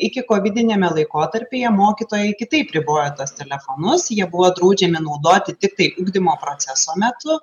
iki kovidiniame laikotarpyje mokytojai kitaip ribojo tuos telefonus jie buvo draudžiami naudoti tiktai ugdymo proceso metu